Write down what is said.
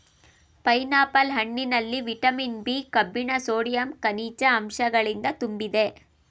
pineapple ಹಣ್ಣಿನಲ್ಲಿ vitamin B, ಕಬ್ಬಿಣ sodium, ಕನಿಜ ಅಂಶಗಳಿಂದ ತುಂಬಿದೆ